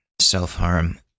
self-harm